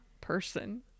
person